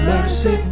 Mercy